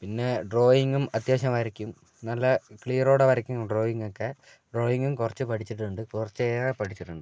പിന്നെ ഡ്രോയിങ്ങും അത്യാവശ്യം വരയ്ക്കും നല്ല ക്ലിയറോടെ വരയ്ക്കും ഡ്രോയിങ്ങൊക്കെ ഡ്രോയിങ്ങും കുറച്ച് പഠിച്ചിട്ടുണ്ട് കുറച്ചേറെ പഠിച്ചിട്ടുണ്ട്